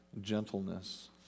gentleness